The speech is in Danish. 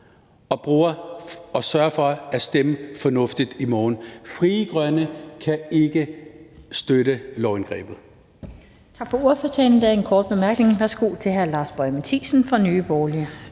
og at de sørger for at stemme fornuftigt i morgen. Frie Grønne kan ikke støtte lovindgrebet.